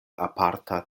aparta